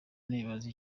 nibaza